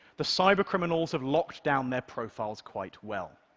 the cybercriminals have locked down their profiles quite well.